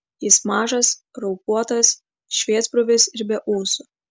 jis mažas raupuotas šviesbruvis ir be ūsų